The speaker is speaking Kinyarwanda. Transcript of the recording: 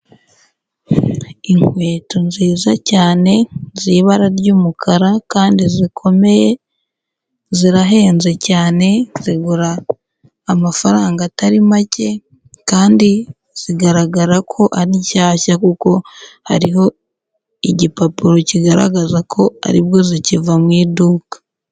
Inkweto nziza cyane z'ibara ry'umukara kandi zikomeye zirahenze cyane zigura amafaranga atari make kandi zigaragara ko ari nshyashya kuko hariho igipapuro kigaragaza ko aribwo zikiva mu iduka.